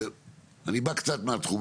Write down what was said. אני בא קצת מהתחום,